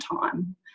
time